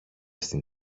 στην